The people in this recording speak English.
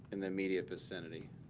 in the immediate vicinity.